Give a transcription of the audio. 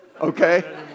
okay